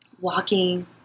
walking